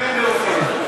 אתה מתכוון להוסיף?